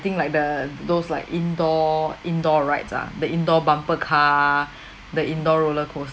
I think like the those like indoor indoor rides ah the indoor bumper car the indoor roller coaster